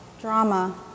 drama